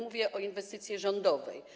Mówię o inwestycji rządowej.